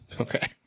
Okay